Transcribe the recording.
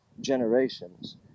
generations